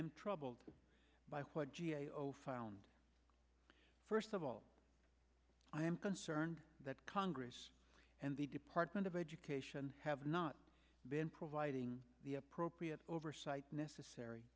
am troubled by what g a o found first of all i am concerned that congress and the department of education have not been providing the appropriate oversight necessary